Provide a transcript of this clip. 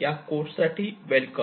या कोर्ससाठी वेलकम